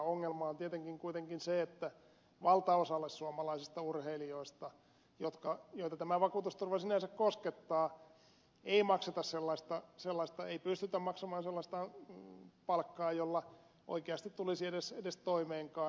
ongelma on tietenkin kuitenkin se että valtaosalle suomalaisista urheilijoista joita tämä vakuutusturva sinänsä koskettaa ei pystytä maksamaan sellaista palkkaa jolla oikeasti tulisi edes toimeenkaan